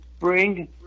Bring